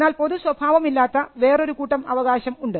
എന്നാൽ പൊതുസ്വഭാവം ഇല്ലാത്ത വേറൊരു കൂട്ടം അവകാശം ഉണ്ട്